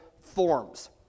forms